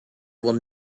will